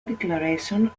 declaration